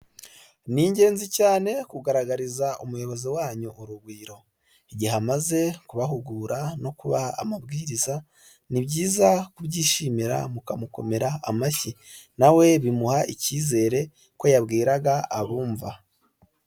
Ni ingenzi cyane kugaragariza umuyobozi wanyu urugwiro. Igihe amaze kubahugura no kubaha amabwiriza ni byiza kubyishimira mukamukomera amashyi nawe bimuha icyizere ko yabwiraga abumva.